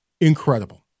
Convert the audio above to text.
incredible